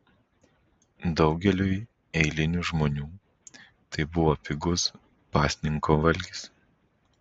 daugeliui eilinių žmonių tai buvo pigus pasninko valgis